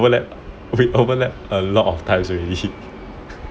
we overlap a lot of times already